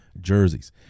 jerseys